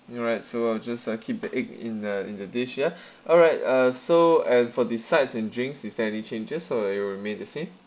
alright so I'll just uh keep the egg in the in the dish ya alright uh so and for sides in drinks is there any changes or it will remain the same